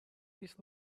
this